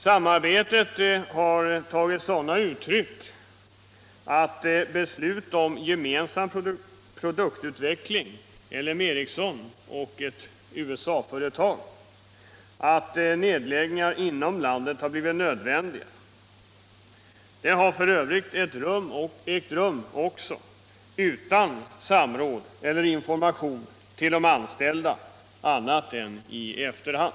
Samarbetet har tagit sig sådana uttryck att beslut om gemensam produktutveckling för LM Ericsson och ett USA-företag medfört att nedläggning av verksamhet inom landet blivit nödvändig. Detta har f. ö. ägt rum utan samråd med eller information till de anställda annat än i efterhand.